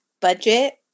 budget